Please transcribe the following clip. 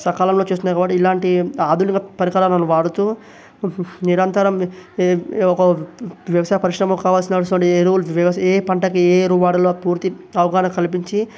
సకాలంలో చేస్తున్నాయి కాబట్టి ఇలాంటి ఆధునిక పరికరాలను వాడుతూ నిరంతరం ఒక వ్యవసాయ పరిశ్రమకు కావలసినటువంటి ఎరువులు ఏ పంటకి ఏ ఎరువులు వాడాలి అని పూర్తి అవగాహన కల్పించి